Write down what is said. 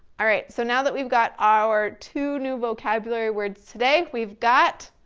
all right, so now that we've got our, two new vocabulary words today, we've got,